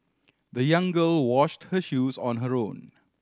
the young girl washed her shoes on her own